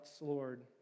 Lord